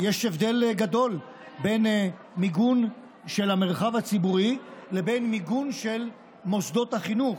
יש הבדל גדול בין מיגון של המרחב הציבורי לבין מיגון של מוסדות החינוך.